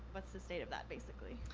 what's the state of that, basically?